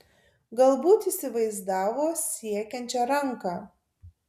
galbūt įsivaizdavo siekiančią ranką